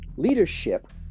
Leadership